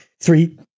three